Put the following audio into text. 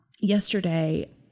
yesterday